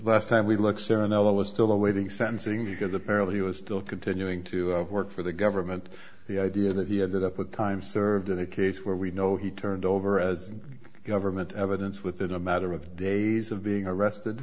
was still awaiting sentencing because apparently he was still continuing to work for the government the idea that he ended up with time served in a case where we know he turned over as government evidence within a matter of days of being arrested